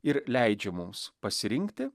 ir leidžia mums pasirinkti